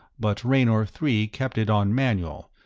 but raynor three kept it on manual,